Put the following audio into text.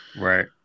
Right